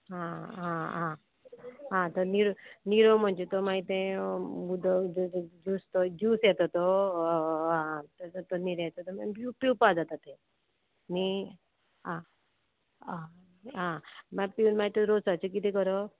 आं आं आं तो निरो निरो म्हणजे तो मागीर तें उदक तो ज्यूस ज्यूस येता तो हय आं तेजो निरो येता तो पिवपा जाता ते न्ही आं आं आं मागीर रोसाचे कितें करप